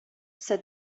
said